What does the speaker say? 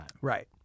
Right